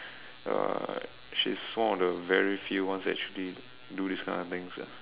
uh she's one of the very few ones that actually do this kind of things ah